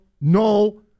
no